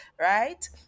right